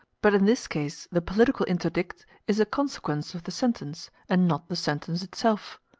but in this case the political interdict is a consequence of the sentence, and not the sentence itself.